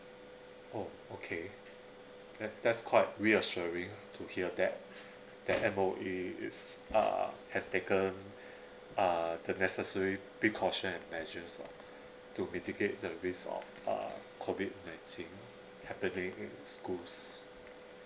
oh okay that that's quite reassuring to hear that that M_O_E is uh has taken uh the necessary precaution and measures lah to mitigate the risk of uh COVID nineteen happening in schools